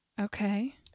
Okay